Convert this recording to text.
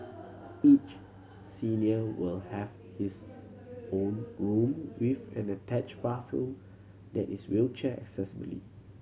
each senior will have his own room with an attached bathroom that is wheelchair accessibly